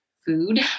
Food